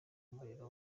umuriro